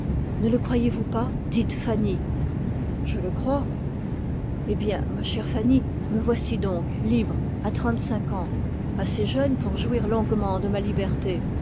ne le croyezvous pas dites fanny je le crois eh bien me voici donc libre à trente-cinq ans assez jeune pour jouir longuement de ma liberté